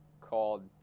called